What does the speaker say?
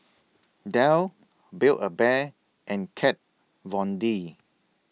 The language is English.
Dell Build A Bear and Kat Von D